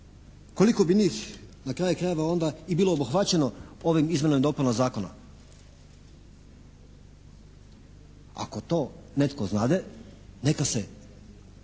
koliko bi njih na kraju krajeva onda i bilo obuhvaćeno ovim izmjenama i dopunama zakona. Ako to netko znade, neka se